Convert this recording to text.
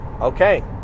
okay